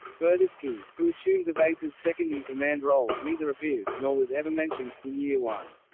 verdeschi, who assumed the base's second-in-command role, neither appeared, nor was ever mentioned, in year one.